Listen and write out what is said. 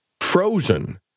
Frozen